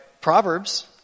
Proverbs